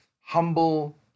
humble